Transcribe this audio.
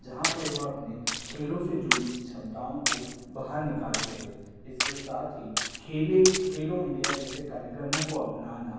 जहाँ पे वह अपने खेलों से जुड़ी क्षमताओं को बाहर निकाल सके इसके साथ ही खेलो इंडिया जैसे कार्यक्रमों को अपनाना